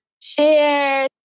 Cheers